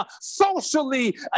socially